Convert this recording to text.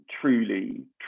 truly